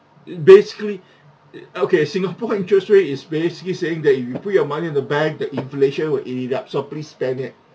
it basically it okay singapore interest rate is basically saying that you put your money in the bank the inflation will eat it up so please spend it